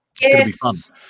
Yes